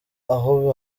aho